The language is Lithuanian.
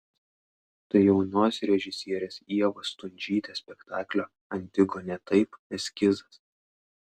tai jaunos režisierės ievos stundžytės spektaklio antigonė taip eskizas